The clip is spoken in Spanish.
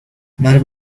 más